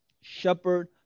Shepherd